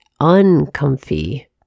uncomfy